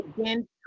again